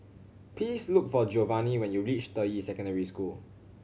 please look for Giovanny when you reach Deyi Secondary School